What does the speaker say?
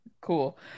Cool